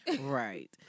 right